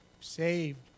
saved